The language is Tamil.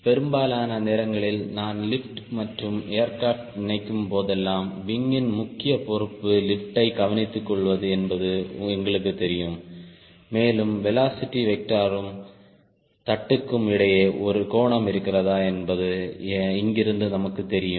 பெரும்பாலான நேரங்களில் நான் லிப்ட் மற்றும் ஏர்கிராப்ட் நினைக்கும் போதெல்லாம் விங் ன் முக்கிய பொறுப்பு லிப்டை கவனித்துக்கொள்வது என்பது எங்களுக்குத் தெரியும் மேலும் வெலோசிட்டி வெக்டர் க்கும் தட்டுக்கும் இடையில் ஒரு கோணம் இருக்கிறதா என்பது இங்கிருந்து நமக்குத் தெரியும்